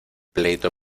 pleito